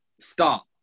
stop